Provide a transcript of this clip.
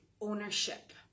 ownership